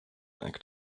act